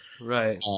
right